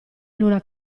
luna